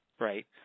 right